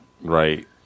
Right